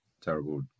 terrible